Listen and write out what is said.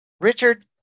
Richard